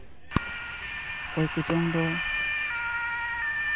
ᱚᱠᱚᱭ ᱠᱚᱪᱚᱝ ᱫᱚ